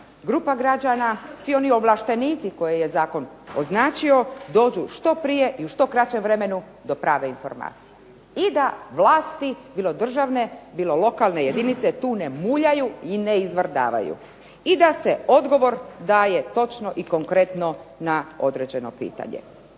grupa građana, svi oni ovlaštenici koje je zakon označio dođu što prije i u što kraćem vremenu do prave informacije i da vlasti bilo državne bilo lokalne jedinice tu ne muljaju i ne izvrdavaju i da se odgovor daje točno i konkretno na određeno pitanje.